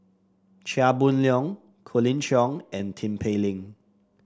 Chia Boon Leong Colin Cheong and Tin Pei Ling